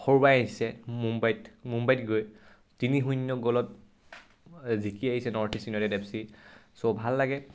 হৰুৱাই আহিছে মুম্বাইত মুম্বাইত গৈ তিনি শূন্য গলত জিকি আহিছে ইষ্ট ইউনাইটেড এফ চি চ' ভাল লাগে